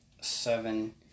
seven